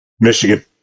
Michigan